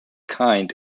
kind